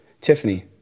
Tiffany